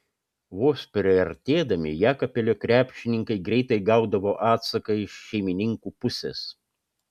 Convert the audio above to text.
vos priartėdami jekabpilio krepšininkai greitai gaudavo atsaką iš šeimininkų pusės